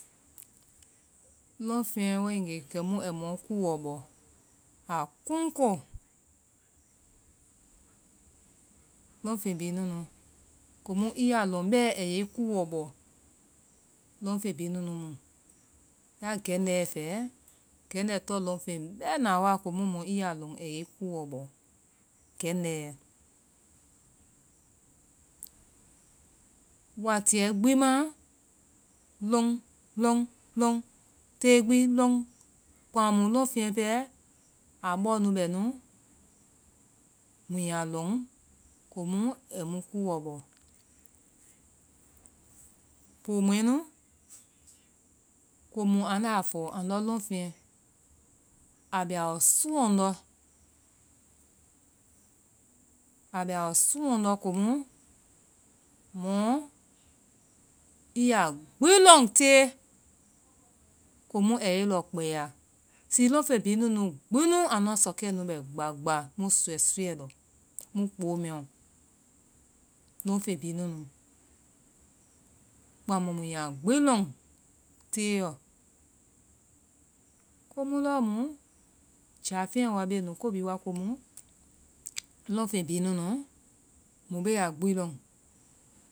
Lɔn feŋɛ waegee kɛmu ai mɔ kuu ɔ bɔ, aa kunkoo, lɔn feŋ bihi nunu, komu i yaa lɔŋ bɛɛ ayɛi kuuɔ bɔ, lɔn fɛŋ bihi nunu mu, ya gɛndɛiyɛ fɛɛ, gɛndɛi tɔn lɔnfen bɛɛna wa, komu mɔ i yaa lɔ kemu ayɛi kuuɔ bɔ. gɛndɛiyɛ watiyɛ gbi maa, lɔŋ lɔŋ lɔŋ tee gbi lɔŋ. kpaŋ lɔn feŋɛ pɛɛ, a bɔɔ nu bɛnu, mu yaa lɔn, komu ai mu kuuɔ bɔ. poo mɔɛ nu, komu andaa fɔ andɔ lɔŋ feŋɛ nu a bɛɔ so lɔndɛ, a bɛaɔ son lɔndɔ kɛmu, mɔ i yaa gbi lɔn tee. komu ayɛi lɔ kpɛɛya. zi lɔn fen bhinunu gbinu anua sɔ kɛɛ nu bɛ gba gba mu suyɛ suyɛ lɔ. mu kpoo mɛɛ ɔ lɔn fen bihi nunu, kpaŋ mu muyaa gbi lɔn teeyɔ. Komu lɔɔ mu ja fenɛ wa beenu ko bihi wa komu, lɔŋfeŋ bihinunu, mu bee a gbi lɔn.